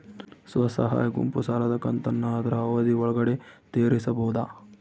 ಸ್ವಸಹಾಯ ಗುಂಪು ಸಾಲದ ಕಂತನ್ನ ಆದ್ರ ಅವಧಿ ಒಳ್ಗಡೆ ತೇರಿಸಬೋದ?